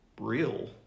real